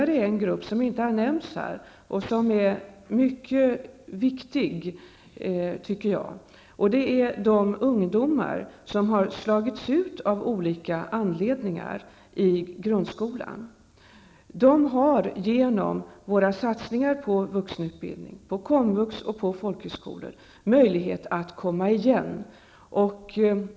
En grupp som inte har nämnts i debatten men som jag anser vara mycket viktig är de ungdomar som av olika anledningar slagits ut ur grundskolan. Dessa ungdomar har genom våra satsningar på vuxenutbildning, på komvux och folkhögskolor, möjlighet att komma igen.